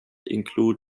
include